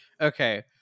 Okay